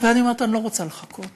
ואני אומרת שאני לא רוצה לחכות.